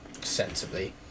sensibly